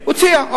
הציע.